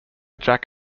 jack